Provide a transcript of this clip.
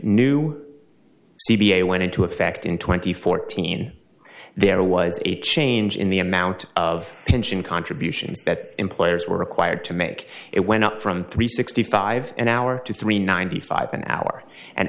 new went into effect in twenty fourteen there was a change in the amount of pension contributions that employers were required to make it went up from three sixty five an hour to three ninety five an hour and